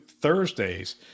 Thursdays